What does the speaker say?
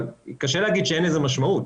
אבל קשה להגיד שאין לזה משמעות.